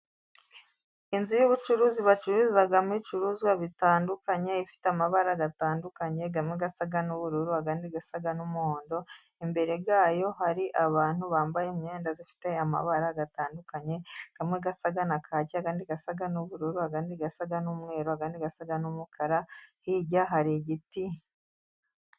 Inzu y'ubucuruzi bacururizamo ibicuruzwa bitandukanye, ifite amabara atandukanye, amwe asa n'ubururu, andi asa n'umuhondo, imbere yayo hari abantu bambaye imyenda ifite amabara atandukanye, amwe asa na kake, andi asa n'ubururu, andi asa n'umweru, andi asa n'umukara, hirya hari igiti.